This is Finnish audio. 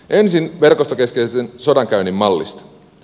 ensin verkostokeskeisen sodankäynnin mallista